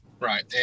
Right